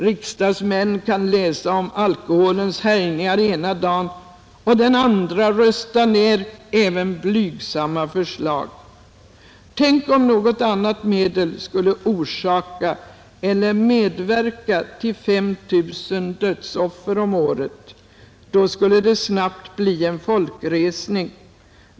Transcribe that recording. Riksdagsmän kan läsa om alkoholens härjningar ena dagen och den andra rösta ner även blygsamma förslag. Tänk om något annat medel skulle orsaka eller medverka till 5 000 dödsoffer om året! Då skulle det snabbt bli en folkresning.